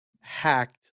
hacked